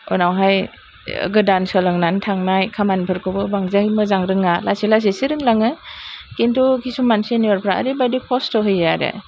उनावहाय गोदान सोलोंनानै थांनाय खामानि फोरखौबो बांद्राय मोजां रोङा लासै लासैसो रोंलाङो खिन्थु खिसुमान चिनियरफ्रा ओरैबादि खस्थ' होयो आरो